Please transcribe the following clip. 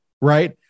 Right